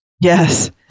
Yes